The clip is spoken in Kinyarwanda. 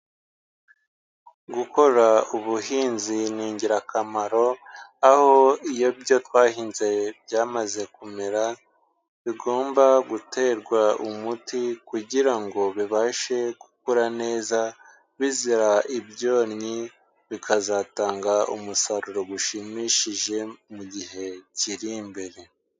Gukora ubuhinzi ni ingirakamaro, aho iyo ibyo twahinze byamaze kumera, bigomba guterwa umuti kugira ngo bibashe gukura neza, bizira ibyonnyi, bikazatanga umusaruro ushimishije, mu gihe kiri imbere.